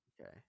Okay